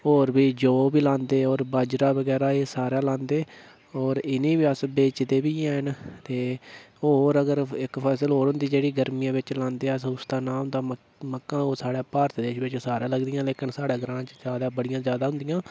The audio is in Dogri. होर प्ही जौ बी लांदे होर बाजरा बगैरा एह् सारा लांदे होर इ'नेईं अस बेचदे बी है'न ते होर अगर इक्क फसल होर होंदी जेह्ड़ी गर्मियें बिच लांदे ते अस उस दा नांऽ होंदा मक्कां भारत दे बिच सारे लगदियां पर लेकिन साढ़े ग्रांऽ च बड़ियां जादै होंदियां